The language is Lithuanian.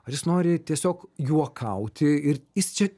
ar jis nori tiesiog juokauti ir jis čia